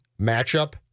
matchup